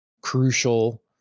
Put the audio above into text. crucial